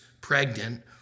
pregnant